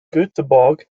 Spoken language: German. göteborg